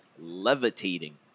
levitating